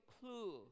clue